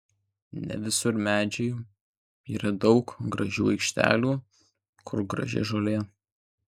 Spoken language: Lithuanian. ne visur medžiai yra daug gražių aikštelių kur graži žolė